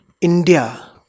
India